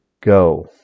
go